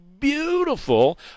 Beautiful